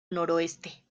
noroeste